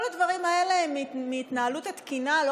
כל הדברים האלה הם מההתנהלות התקינה לא